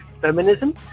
feminism